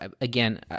Again